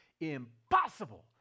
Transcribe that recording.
Impossible